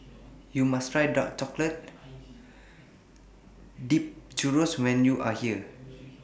YOU must Try Dark Chocolate Dipped Churro when YOU Are here